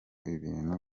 ibintu